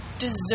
deserve